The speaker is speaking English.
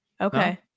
Okay